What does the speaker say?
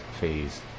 phase